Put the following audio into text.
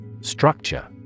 Structure